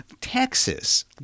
Texas